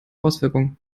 auswirkungen